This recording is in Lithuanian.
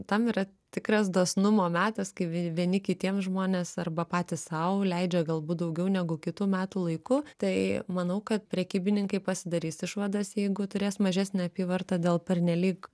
tam yra tikras dosnumo metas kai vieni kitiems žmonės arba patys sau leidžia galbūt daugiau negu kitu metų laiku tai manau kad prekybininkai pasidarys išvadas jeigu turės mažesnę apyvartą dėl pernelyg